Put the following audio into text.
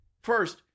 First